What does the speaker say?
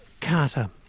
Carter